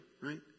right